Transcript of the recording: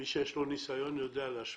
מי שיש לו ניסיון יודע להשוות.